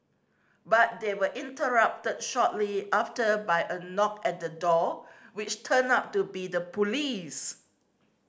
but they were interrupted shortly after by a knock at the door which turned out to be the police